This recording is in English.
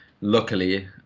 luckily